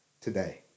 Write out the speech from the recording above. today